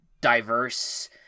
diverse